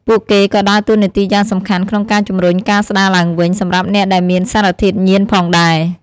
ពួកគេក៏ដើរតួនាទីយ៉ាងសំខាន់ក្នុងការជំរុញការស្ដារឡើងវិញ សម្រាប់អ្នកដែលមានសារធាតុញៀនផងដែរ។